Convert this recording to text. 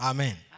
Amen